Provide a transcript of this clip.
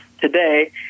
today